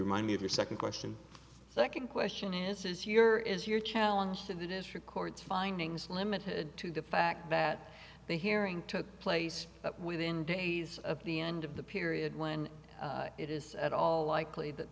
remind me of your second question second question is is your is your challenge to the dish records findings limited to the fact that they hearing took place within days of the end of the period when it is at all likely that